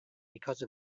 because